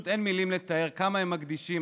אין מילים לתאר כמה הם מקדישים,